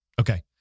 Okay